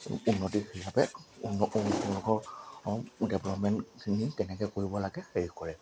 উন্নতি হিচাপে উন্নত উন্নত তেওঁলোকৰ ডেভেলপমেণ্টখিনি তেনেকৈ কৰিব লাগে হেৰি কৰে